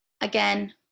again